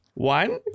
One